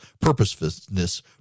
purposefulness